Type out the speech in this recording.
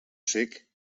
cec